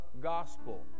gospel